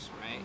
right